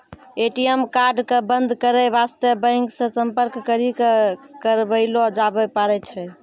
ATM card क बन्द करै बास्ते बैंक से सम्पर्क करी क करबैलो जाबै पारै छै